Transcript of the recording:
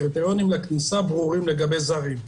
הקריטריונים של הכניסה ברורים לגבי זרים.